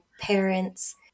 parents